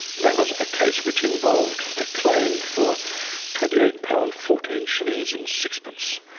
that was a case which involved a claim for twenty eight pounds, fourteen shillings and sixpence.